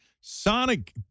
Sonic